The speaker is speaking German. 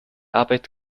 arbeit